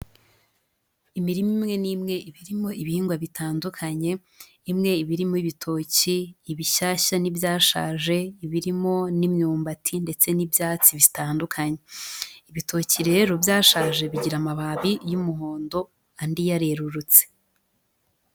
Imirima imwe n'imwe iba irimo ibihingwa bitandukanye, imwe iba irimo ibitoki ibishyashya n'ibyashaje ibirimo n'imyumbati ndetse n'ibyatsi bitandukanye, ibitoki rero byashaje bigira amababi y'umuhondo andi yarerurutse.